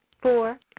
Four